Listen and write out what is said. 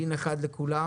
דין אחד לכולם,